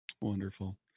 wonderful